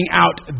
out